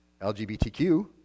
LGBTQ